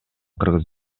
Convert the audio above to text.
кыргыз